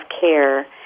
care